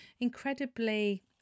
incredibly